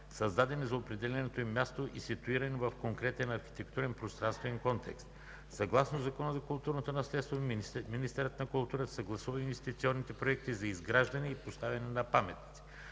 създадени за определеното им място и ситуирани в конкретен архитектурен пространствен контекст. Съгласно Закона за културното наследство министърът на културата съгласува инвестиционните проекти за изграждане и поставяне на паметници,